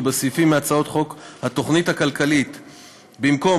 בהצעת חוק שירותים פיננסיים חוץ-מוסדיים,